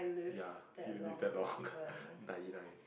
ya you did that lor ninety nine